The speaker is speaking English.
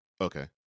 Okay